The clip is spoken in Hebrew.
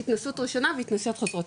התנסות ראשונה והתנסויות חוזרות.